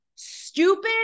stupid